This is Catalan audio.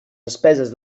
despeses